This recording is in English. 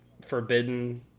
forbidden